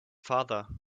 father